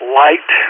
light